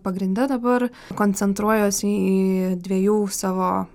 pagrinde dabar koncentruojuos į į dviejų savo